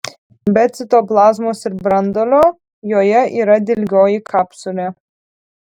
be citoplazmos ir branduolio joje yra dilgioji kapsulė